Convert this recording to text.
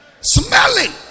Smelling